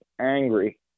angry